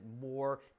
more